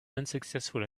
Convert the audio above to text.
unsuccessful